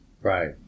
right